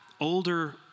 older